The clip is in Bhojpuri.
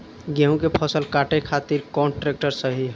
गेहूँ के फसल काटे खातिर कौन ट्रैक्टर सही ह?